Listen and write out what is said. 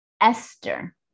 Esther